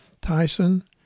Tyson